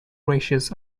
ratios